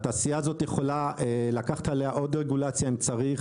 התעשייה הזאת יכולה לקחת עליה עוד רגולציה אם צריך,